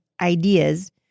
ideas